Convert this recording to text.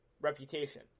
reputation